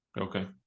okay